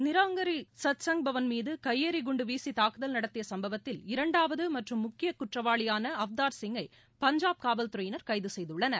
நிராங்கரி சத்சங்பவன் மீது கையெறி குண்டு வீசி தாக்குதல் நடத்திய சம்பவத்தில் இரண்டாவது மற்றும் முக்கிய குற்றவாளியான அவ்தார் சிங்கை பஞ்சாப் காவல்துறையினர் கைது செய்துள்ளனர்